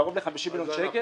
זה קרוב ל-50,000 שקל?